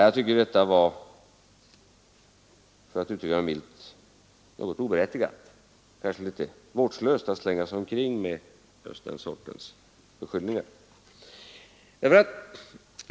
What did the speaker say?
Jag tycker att det var, för att uttrycka mig milt, något oberättigat och kanske litet vårdslöst att slänga omkring sig den sortens beskyllningar.